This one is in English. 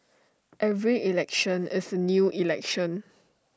every election is new election